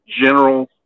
general